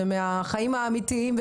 מהחיים האמיתיים,